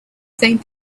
same